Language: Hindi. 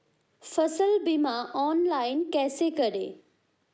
फसल बीमा ऑनलाइन कैसे करें?